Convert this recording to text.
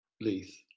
leith